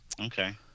okay